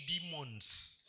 demons